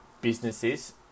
businesses